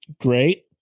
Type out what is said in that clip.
Great